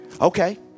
Okay